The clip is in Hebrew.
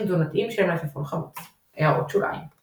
תזונתיים של מלפפון חמוץ == הערות שוליים ==